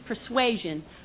persuasion